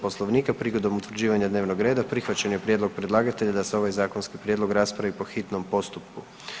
Poslovnika prigodom utvrđivanja dnevnog reda prihvaćen je prijedlog predlagatelja da se ovaj zakonski prijedlog raspravi po hitnom postupku.